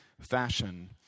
fashion